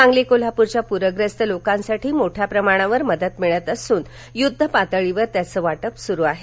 सांगली कोल्हापूरच्या पूग्रस्त लोकांसाठी मोठ्या प्रमाणावर मदत मिळत असून युद्धपातळीवर त्याचे वाटप सुरु आहे